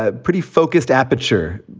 ah pretty focused aperture,